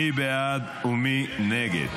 מי בעד ומי נגד?